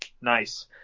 Nice